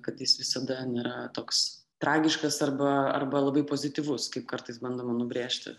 kad jis visada nėra toks tragiškas arba arba labai pozityvus kaip kartais bandoma nubrėžti